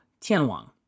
Tianwang